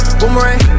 boomerang